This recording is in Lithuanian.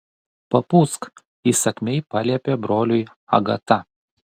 papūsk įsakmiai paliepė broliui agata